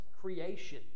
creation